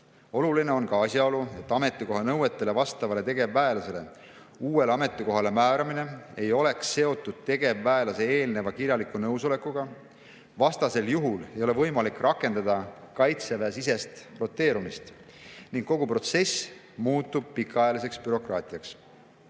Oluline on veel asjaolu, et ametikoha nõuetele vastava tegevväelase uuele ametikohale määramine ei oleks seotud tegevväelase eelneva kirjaliku nõusolekuga. Vastasel juhul ei ole võimalik rakendada Kaitseväe-sisest roteerumist ning kogu protsess muutub pikaajaliseks bürokraatiaks.